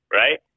right